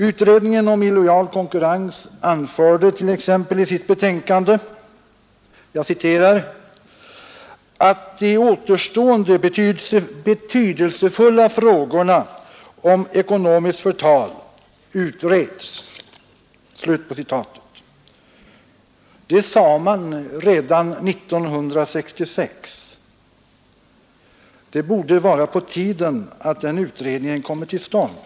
Utredningen om illojal konkurrens anförde t.ex. i sitt betänkande att de återstående betydelsefulla frågorna om ekonomiskt förtal utreds. Det sade man redan år 1966. Det borde alltså vara på tiden att den utredningen kommer till stånd.